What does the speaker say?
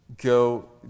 Go